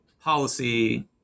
policy